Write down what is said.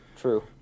true